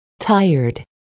tired